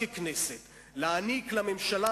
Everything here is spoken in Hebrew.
משומשת שאתם רוצים למכור,